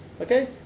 Okay